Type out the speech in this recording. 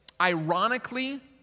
Ironically